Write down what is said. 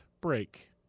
break